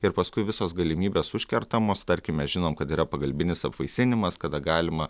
ir paskui visos galimybės užkertamos tarkime žinom kad yra pagalbinis apvaisinimas kada galima